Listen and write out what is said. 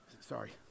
Sorry